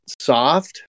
soft